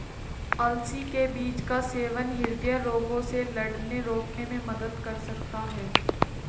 अलसी के बीज का सेवन हृदय रोगों से लड़ने रोकने में मदद कर सकता है